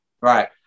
Right